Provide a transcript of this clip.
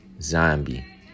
zombie